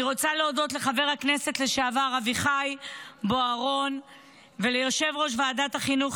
אני רוצה להודות לחבר הכנסת לשעבר אביחי בוארון וליושב-ראש ועדת החינוך,